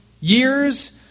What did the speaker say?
years